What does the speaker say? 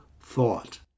thought